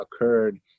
occurred